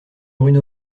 bruno